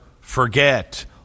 forget